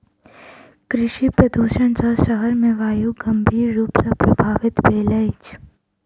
कृषि प्रदुषण सॅ शहर के वायु गंभीर रूप सॅ प्रभवित भेल अछि